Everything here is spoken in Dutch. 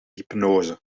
hypnose